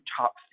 top